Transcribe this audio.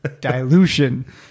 dilution